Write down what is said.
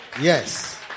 Yes